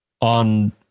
on